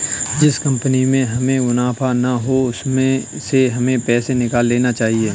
जिस कंपनी में हमें मुनाफा ना हो उसमें से हमें पैसे निकाल लेने चाहिए